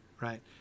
right